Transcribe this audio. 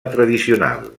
tradicional